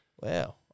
Wow